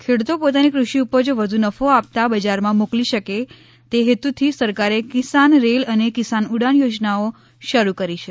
ખેડૂતો પોતાની કૃષિ ઉપજો વધુ નફો આપતા બજારમાં મોકલી શકે તે હેતુથી સરકારે કિસાન રેલ અને કિસાન ઉડાન યોજનાઓ શરૂ કરી છે